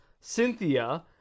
Cynthia